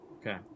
Okay